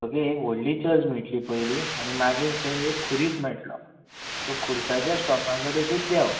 okay एक व्हडली church मेळटली पयली आनी मागीर थंय एक खुरीस मेळटलो त्या खुर्साच्या स्टोपा कडेन देवं